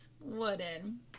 wooden